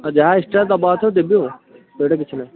ଆଉ ଯାହା ଏକ୍ସଟ୍ରା ଦେବା କଥା ଦେବେ ଆଉ ସେଇଟା କିଛି ନାହିଁ